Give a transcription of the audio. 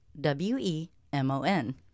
W-E-M-O-N